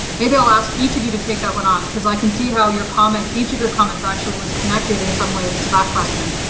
maybe i'll ask each of you to take that one on because i can see how your comments each of your comments actually was connected in some ways to that question.